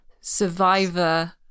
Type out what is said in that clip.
survivor